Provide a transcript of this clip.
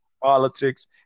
politics